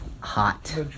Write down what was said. Hot